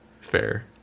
Fair